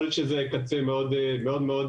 יכול להיות שזה קצה מאוד מזרחי,